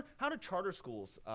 how do charter schools